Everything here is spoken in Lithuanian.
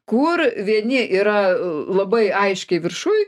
kur vieni yra labai aiškiai viršuj